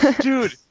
dude